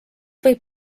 võib